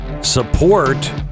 Support